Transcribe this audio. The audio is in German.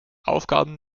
aufgaben